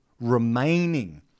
remaining